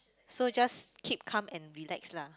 so just keep calm and relax lah